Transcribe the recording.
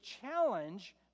challenge